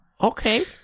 Okay